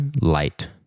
light